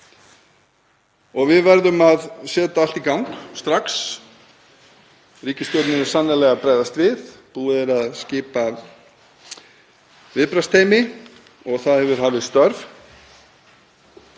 Við verðum að setja allt í gang strax. Ríkisstjórnin er sannarlega að bregðast við og búið er að skipa viðbragðsteymi og það hefur hafið störf.